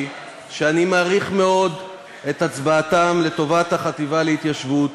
שאני מעריך מאוד את הצבעתם לטובת החטיבה להתיישבות,